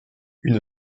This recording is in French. une